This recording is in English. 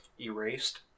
Erased